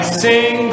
sing